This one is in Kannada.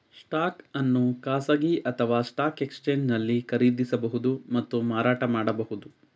ಸ್ಟಾಕ್ ಅನ್ನು ಖಾಸಗಿ ಅಥವಾ ಸ್ಟಾಕ್ ಎಕ್ಸ್ಚೇಂಜ್ನಲ್ಲಿ ಖರೀದಿಸಬಹುದು ಮತ್ತು ಮಾರಾಟ ಮಾಡಬಹುದು